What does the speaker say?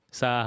sa